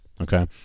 Okay